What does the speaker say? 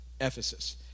Ephesus